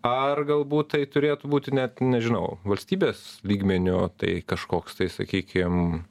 ar galbūt tai turėtų būti net nežinau valstybės lygmeniu tai kažkoks tai sakykim